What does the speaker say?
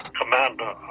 commander